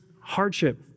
hardship